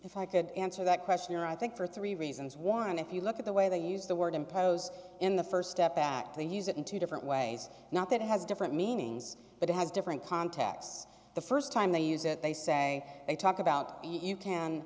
if i could answer that question or i think for three reasons one if you look at the way they use the word imposed in the st step back they use it in two different ways not that it has different meanings but it has different contexts the st time they use it they say they talk about you